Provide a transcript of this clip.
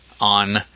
on